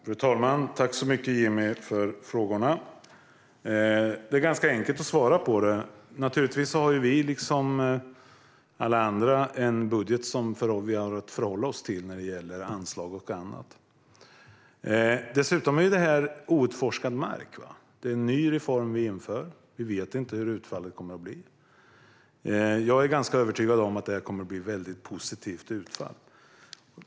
Fru talman! Tack, Jimmy Ståhl, för frågorna! Det är enkelt att svara på frågorna. Naturligtvis har vi, liksom alla andra, en budget som vi har att förhålla oss till när det gäller anslag och så vidare. Dessutom är det här området outforskad mark. Det är en ny reform som införs, och vi vet inte hur utfallet kommer att bli. Jag är övertygad om att det kommer att bli ett positivt utfall.